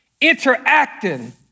interacting